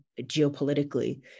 geopolitically